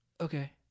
okay